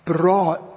brought